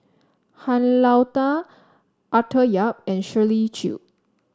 Han Lao Da Arthur Yap and Shirley Chew